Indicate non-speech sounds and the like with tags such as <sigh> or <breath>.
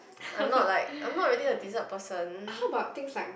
I'm not like I'm not really a dessert person <breath>